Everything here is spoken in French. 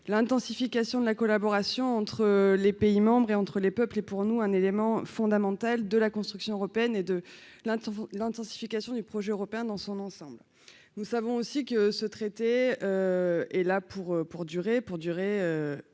l'intensification de la collaboration entre les pays membres et entre les peuples et pour nous un élément fondamental de la construction européenne et de l'Inde, l'intensification du projet européen dans son ensemble, nous savons aussi que ce traité est là pour pour durer pour